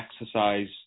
exercise